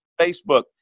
Facebook